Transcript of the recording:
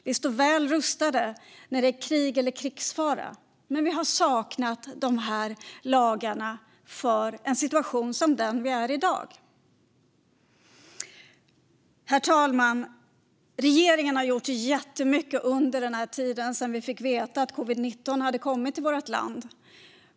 Vi står väl rustade när det är krig eller krigsfara, men vi har saknat lagar för en situation som den vi befinner oss i i dag. Herr talman! Regeringen har gjort jättemycket sedan vi fick veta att covid-19 hade kommit till vårt land.